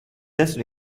just